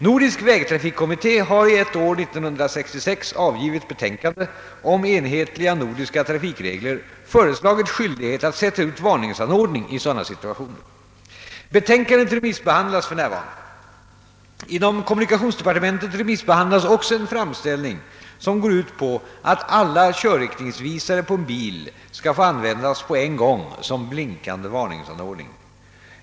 Nordisk vägtrafikkommitté har i ett år 1966 avgivet betänkande om enhetliga nordiska trafikregler föreslagit skyldighet att sätta ut varningsanordning i sådana situationer. Betänkandet remissbehandlas f. n. Inom kommunikationsdepartementet remissbehandlas också en framställning som går ut på att alla körriktningsvisare på en bil skall få användas på en gång som blinkande varningsanordning.